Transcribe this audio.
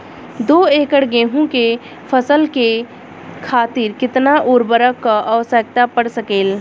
दो एकड़ गेहूँ के फसल के खातीर कितना उर्वरक क आवश्यकता पड़ सकेल?